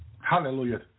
Hallelujah